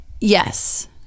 Yes